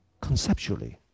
conceptually